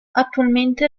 attualmente